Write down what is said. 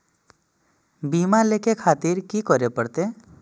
बीमा लेके खातिर की करें परतें?